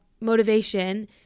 motivation